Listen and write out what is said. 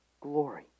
Glory